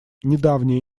недавнее